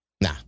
Nah